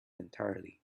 entirely